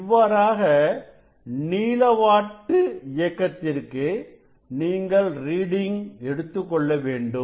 இவ்வாறாக நீளவாட்டு இயக்கத்திற்கு நீங்கள் ரீடிங் எடுத்துக்கொள்ள வேண்டும்